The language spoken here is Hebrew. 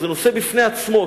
וזה נושא בפני עצמו,